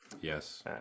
Yes